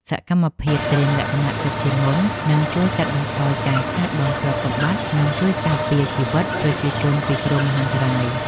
សកម្មភាពត្រៀមលក្ខណៈទុកជាមុននឹងជួយកាត់បន្ថយការខាតបង់ទ្រព្យសម្បត្តិ និង ជួយការពារជីវិតប្រជាជនពីគ្រោះមហន្តរាយ។